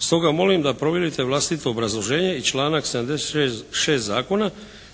stoga molim da provjerite vlastito obrazloženje i članak 76. Zakona